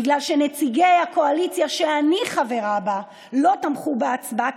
בגלל שנציגי הקואליציה שאני חברה בה לא תמכו בהצבעה,